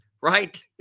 Right